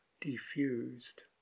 diffused